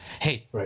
Hey